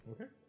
Okay